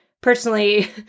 personally